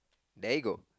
there you go